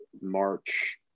March